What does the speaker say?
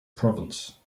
province